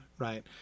Right